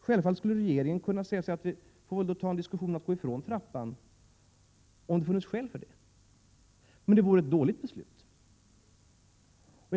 Självfallet skulle regeringen kunna säga: Vi får diskutera att gå ifrån trappan. Det kunde vi ha gjort om det hade funnits skäl för det, om det vore ett dåligt beslut att ha den kvar.